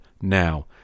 now